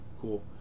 cool